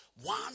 One